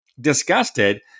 disgusted